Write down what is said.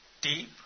deep